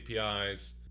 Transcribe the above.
apis